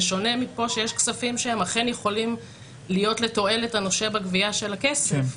בשונה מפה שיש כספים שהם אכן יכולים להיות לתועלת הנושה בגבייה של הכסף,